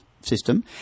system